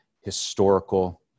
historical